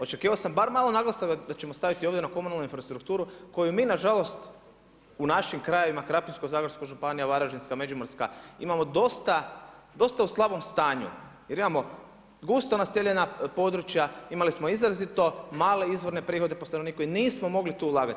Očekivao sam bar malo naglasak da ćemo ovdje staviti na komunalnu infrastrukturu koju mi na žalost u našim krajevima Krapinsko-zagorska županija, Varaždinska, Međimurska, imamo dosta u slabom stanju jer imamo gusto naseljena područja, imali smo izrazito male izvorne prihode po stanovniku i nismo mogli tu ulagati.